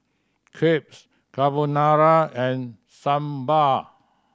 Crepes Carbonara and Sambar